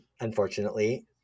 unfortunately